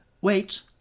Wait